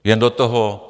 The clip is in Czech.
Jen do toho.